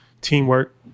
Teamwork